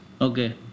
Okay